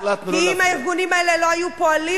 כי אם הארגונים האלה לא היו פועלים,